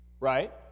Right